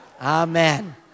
Amen